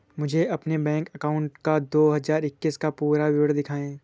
मुझे अपने bank account का दो हज़ार इक्कीस का पूरा विवरण दिखाएँ?